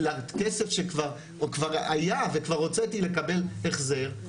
והכסף שכבר היה וכבר הוצאתי, לקבל החזר.